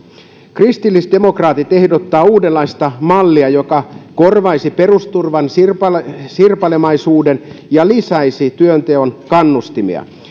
kristillisdemokraatit ehdottaa uudenlaista mallia joka korvaisi perusturvan sirpalemaisuuden sirpalemaisuuden ja lisäisi työnteon kannustimia